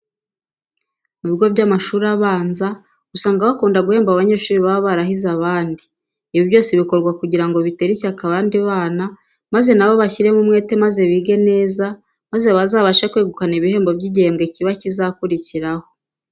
Mu bigo by'amashuri abanza usanga bakunda guhemba abanyeshuri baba barahize abandi. Ibi byose bikorwa kugira ngo bitere ishyaka abandi bana maze na bo bashyirimo umwete maze bige neza maze bazabashe kwegukana ibihembo by'igihembwe kiba kizakurikiraho.